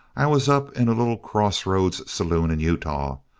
i was up in a little cross-roads saloon in utah,